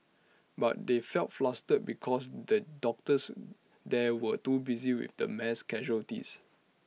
but they felt flustered because the doctors there were too busy with the mass casualties